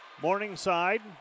Morningside